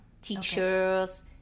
Teachers